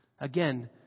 Again